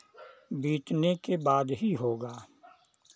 बीतने के बाद ही होगा